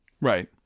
Right